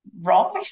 right